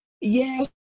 Yes